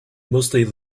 mostly